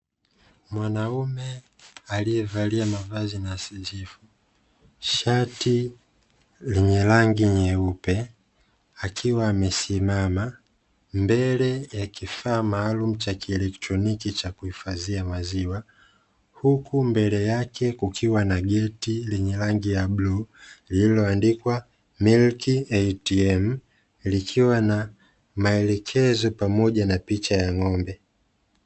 Mwanaume alievalia mavazi nadhifu, shati lenye rangi nyeupe akiwa amesimama mbele ya kifaa maalumu cha kielektroniki cha kuhifadhia maziwa, huku mbele yake kukiwa na geti lenye rangi ya bluu lililoandikwa "MILK ATM", likiwa na maelekezo pamoja na picha ya ng'ombe.